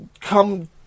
come